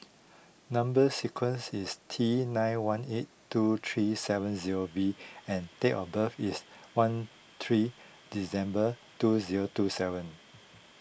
Number Sequence is T nine one eight two three seven zero V and date of birth is one three December two zero two seven